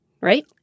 right